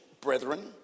brethren